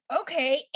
okay